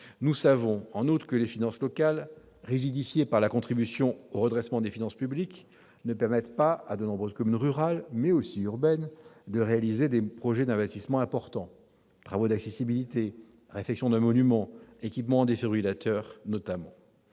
Nous savons en outre que les finances locales, rigidifiées par la contribution au redressement des finances publiques, ne permettent pas à de nombreuses communes rurales, mais aussi urbaines, de réaliser des projets d'investissements importants tels que des travaux d'accessibilité, la réfection d'un monument ou l'équipement en défibrillateurs.